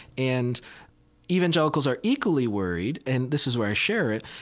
and evangelicals are equally worried, and this is where i share it,